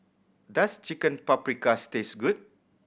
does Chicken Paprikas taste good